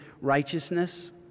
righteousness